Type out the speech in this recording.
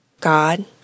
God